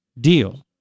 deal